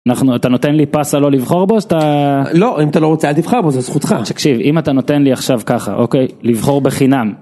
אנחנו, אתה נותן לי פאס לא לבחור בו שאתה - לא, אם אתה לא רוצה אל תבחר בו, זה זכותך תקשיב אם אתה נותן לי עכשיו ככה אוקיי לבחור בחינם.